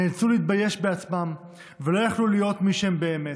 נאלצו להתבייש בעצמם ולא יכלו להיות מי שהם באמת.